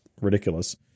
ridiculous